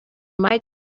might